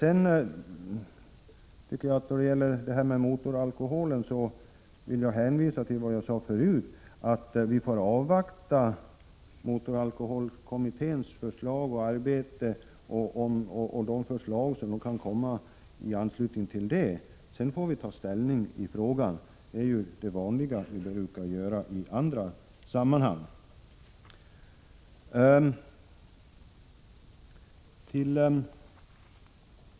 Då det gäller motoralkoholen vill jag hänvisa till vad jag sade tidigare, att vi får avvakta motoralkoholkommitténs arbete och de förslag som kan komma i anslutning till det. Därefter får vi ta ställning till frågan — det är ju så vi brukar göra i andra sammanhang.